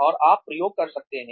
और आप प्रयोग कर सकते हैं